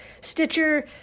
Stitcher